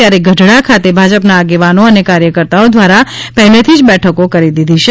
ત્યારે ગઢડા ખાતે ભાજપના આગેવાનો અને કાર્યકર્તાઓ દ્વારાપહેલીથીજ બેઠકો કરી દીધી છે